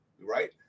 right